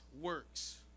works